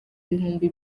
bihumbi